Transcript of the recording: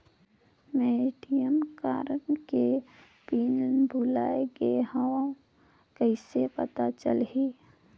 मैं ATM card के pin भुलाए गे हववं कइसे पता चलही?